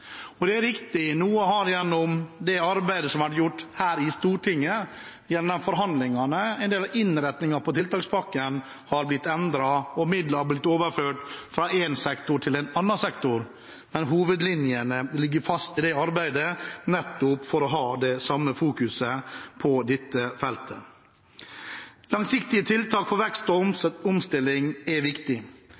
tiltakspakke. Det er riktig at gjennom det arbeidet som har vært gjort her i Stortinget i forhandlingene, har en del av innretningen på tiltakspakken blitt endret, og midler har blitt overført fra en sektor til en annen sektor. Men hovedlinjene ligger fast i det arbeidet – nettopp for å ha det samme fokuset på dette feltet. Langsiktige tiltak for vekst og omstilling er viktig.